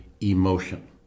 emotion